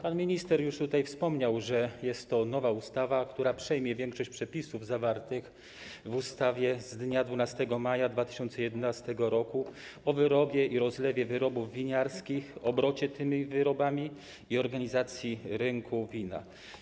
Pan minister już wspomniał, że jest to nowa ustawa, która przejmie większość przepisów zawartych w ustawie z dnia 12 maja 2011 r. o wyrobie i rozlewie wyrobów winiarskich, obrocie tymi wyrobami i organizacji rynku wina.